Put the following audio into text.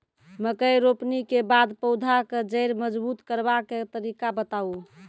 मकय रोपनी के बाद पौधाक जैर मजबूत करबा के तरीका बताऊ?